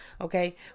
okay